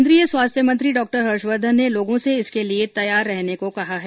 केंद्रीय स्वास्थ्य मंत्री डॉक्टर हर्षवर्धन ने लोगों से इसके लिए तैयार रहने को कहा है